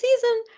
season